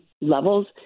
levels